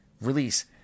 Release